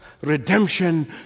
redemption